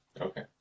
Okay